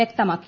വ്യക്തമാക്കി